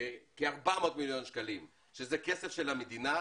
כ-400 מיליון שקלים שהם כסף של המדינה,